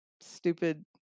stupid